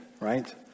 right